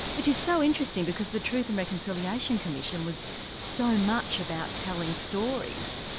which is so interesting because the truth and reconciliation commission was so much about telling stories,